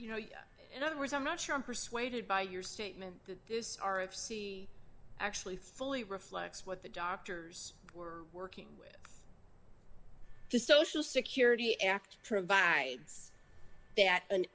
you know in other words i'm not sure i'm persuaded by your statement that this r f c actually fully reflects what the doctors were working with the social security act provides that an